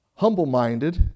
Humble-minded